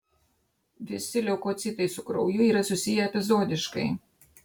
visi leukocitai su krauju yra susiję epizodiškai